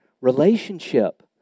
Relationship